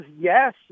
yes